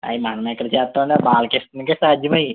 అవి మనం ఎక్కడ చేస్తామన్నా బాలక్రిష్ణకే సాధ్యం అవి